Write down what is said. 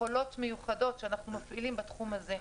יכולות מיוחדות שאנחנו מפעילים בתחום הזה.